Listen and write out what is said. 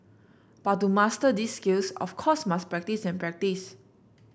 but to master these skills of course must practise and practise